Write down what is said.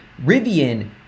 Rivian